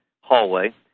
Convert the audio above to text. hallway